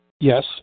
Yes